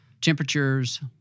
temperatures